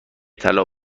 طلا